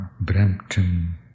Brampton